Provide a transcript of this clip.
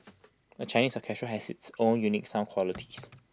A Chinese orchestra has its own unique sound qualities